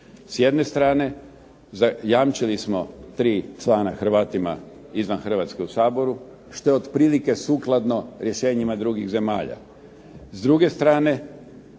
S jedne strane zajamčili smo tri člana Hrvatima izvan Hrvatske u Saboru, što je otprilike sukladno rješenjima drugih zemalja.